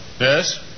Yes